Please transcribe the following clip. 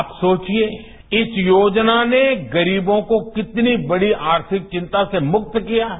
आप सोविए इस योजना ने गरीबों को कितनी बढ़ी आर्थिक चिंता से मुक्त किया है